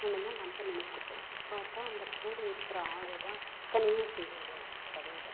இன்னுதான் நம்ம நினச்சிப்போம் பார்த்தா அந்த கூட இருக்கிற ஆளேதான் அத்தனையும் செய்வாங்க கதையில்